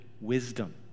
wisdom